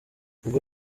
ubwo